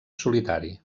solitari